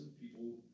People